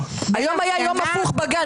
היום היה יום הפוך בגן.